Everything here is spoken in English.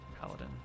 paladin